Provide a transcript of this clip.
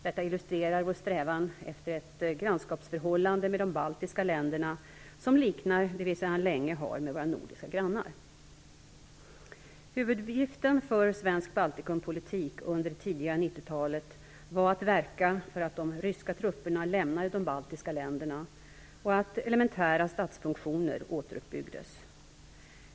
Detta illustrerar vår strävan efter ett grannskapsförhållande med de baltiska länderna, som liknar det vi sedan länge har med våra nordiska grannar. Huvuduppgiften för svensk Baltikumpolitik under det tidiga 1990-talet var att verka för att de ryska trupperna lämnade de baltiska länderna och att elementära statsfunktioner återuppbyggdes.